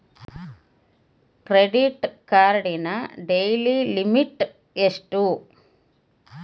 Credit ಕಾರ್ಡಿನ daily limit ಎಷ್ಟು?